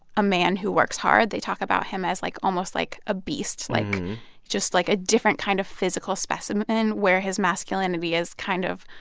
a man who works hard. they talk about him as, like, almost like a beast, like just, like, a different kind of physical specimen where his masculinity is kind of,